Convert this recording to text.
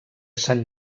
sant